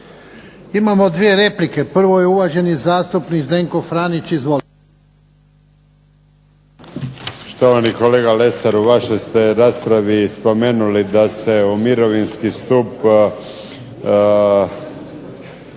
Imamo dvije replike. Prvo je uvaženi zastupnik Zdenko Franić. Izvolite. **Franić, Zdenko (SDP)** Štovani kolega Lesaru u vašoj ste raspravi spomenuli da se u mirovinski stup